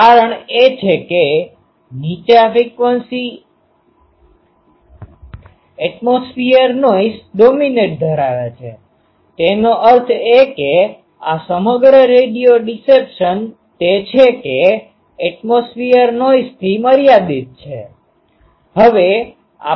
કારણ એ છે કે નીચા ફ્રિકવન્સી એટ્મોસ્ફિઅર નોઈસ ડોમીનેટdominatesપ્રભુત્વ ધરાવે છે તેનો અર્થ એ કે આ સમગ્ર રેડિયો ડીસેપ્સન તે છે કે એટ્મોસ્ફિઅર નોઈસ થી મર્યાદિત છે